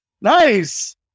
nice